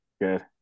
Good